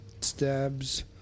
stabs